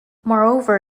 moreover